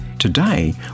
Today